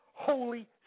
holy